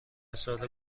سال